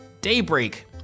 daybreak